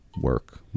work